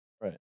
Right